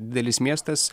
didelis miestas